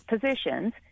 positions